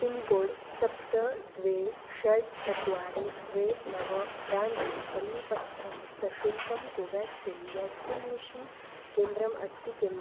pincode सप्त द्वे षट् चत्वारि द्वे नव प्रान्ते समीपस्थं सशुल्कं कोवेक्सिन् व्याक्सिनेषन् केन्द्रम् अस्ति किम्